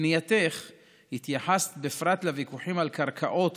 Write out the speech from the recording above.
בפנייתך התייחסת בפרט לוויכוחים על קרקעות